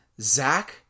Zach